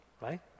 right